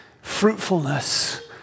fruitfulness